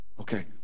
Okay